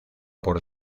por